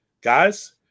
Guys